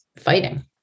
fighting